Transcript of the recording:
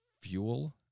Fuel